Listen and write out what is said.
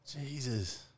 Jesus